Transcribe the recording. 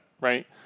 right